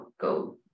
go